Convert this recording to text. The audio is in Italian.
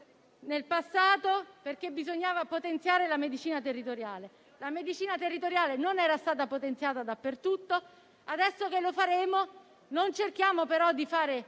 nel passato, perché bisognava potenziare la medicina territoriale. Quest'ultima non era stata potenziata dappertutto e, adesso che lo faremo, non cerchiamo però di fare